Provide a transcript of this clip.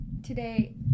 Today